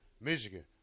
Michigan